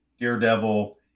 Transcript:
daredevil